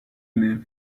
aimez